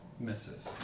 Misses